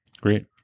Great